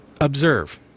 Observe